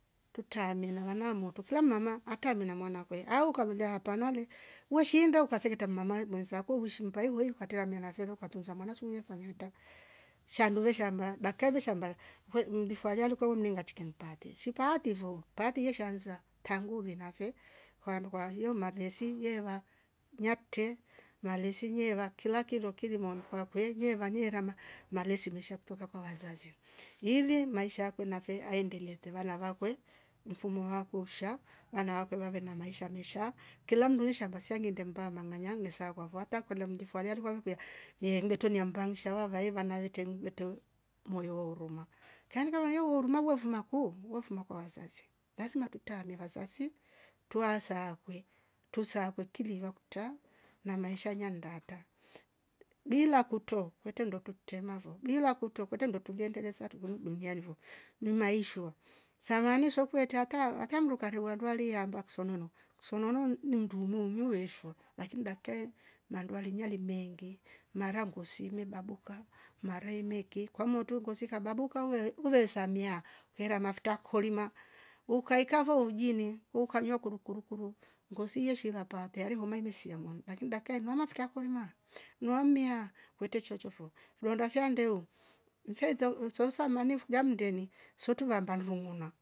Tuta mela wana moto tutwa mama atwa mwana kwe au ukalolia panale weshindo ukafereta mmama mwenzako hushi mpayu weyu ukatale mela ukatunza mwana siweyu ukalenta. shandu ve shamba dakka ve shamba lwe mdii fanya luko we mninga aticheke mpatesi. sipati ivo pati yesheanza tangu lwenave walu kwa hio malesi yeva niakte na lesi nyeva kila kindoki kivomini kwa kwelie valie rama malezi mesha kutoka kwa wazazi ili maisha ako nafe aendele kuteva navakwe mfumuaha kuosha anaakwa mave ver na maisha mesha kila mnduisha ambasangia ndembala la nyangan les kwafa uta kulia mdifua alierikwa vakuya yeengetone ambanisha va vaeva nae vateru mvetu moyo wa huruma kangoya wo huruma weo vuma ku we mfuma kwa wazazi laziima tutamela wazazi tuasakwe tusakwe tiliva kuta na maisha nyandata bila kute kwete ndo tutenavo bila kuto kwete ndo tuliendeleza tukurum dunia vo ni maishwa samani swofe taetwa atamruka ndweundwali yamba kisonono. kisonono ni mndu mmumuye eeshwa lakini dakkai na nduali mjali bengi narangozi imebabuka mareimeke kwa moto ngozi ikababuka uye uvesamia kera mafuta kholima ukaikavo ujini ukavyo kurukurukur ngozi yeshila pate tayari homa imesia mangwa lakini dakkai noona futako rema namwania kwete cherechefo fyonda fya ndeu mfyetau nsosa mani fuga mndeni sutora ambanunguna.